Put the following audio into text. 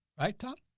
right, tom.